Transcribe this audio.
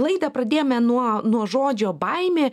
laidą pradėjome nuo nuo žodžio baimė